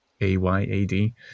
A-Y-A-D